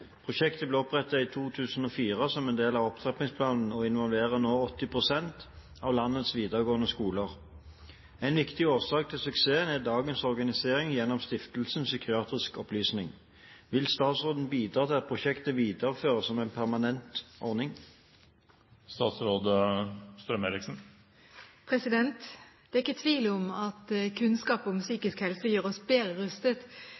Prosjektet ble opprettet i 2004 som en del av opptrappingsplanen og involverer nå 80 pst. av landets videregående skoler. En viktig årsak til suksessen er dagens organisering gjennom Stiftelsen psykiatrisk opplysning. Vil statsråden bidra til at prosjektet videreføres som en permanent ordning?» Det er ikke tvil om at kunnskap om psykisk helse gjør oss bedre rustet